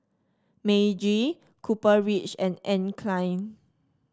Meiji Copper Ridge and Anne Klein